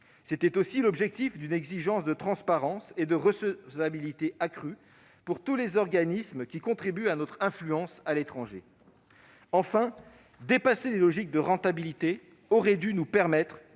également comme objectif l'exigence d'une transparence et d'une responsabilité accrues pour tous les organismes qui contribuent à notre influence à l'étranger. Enfin, le dépassement des logiques de rentabilité aurait dû nous permettre